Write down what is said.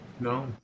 No